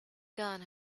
gun